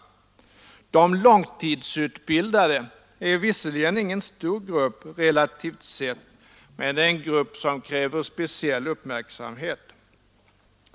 De långtidsutbildade är visserligen ingen stor grupp relativt sett, men en grupp som kräver speciell uppmärksamhet.